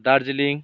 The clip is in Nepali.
दार्जिलिङ